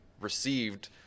received